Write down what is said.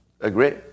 Agree